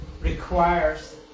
requires